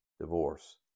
divorce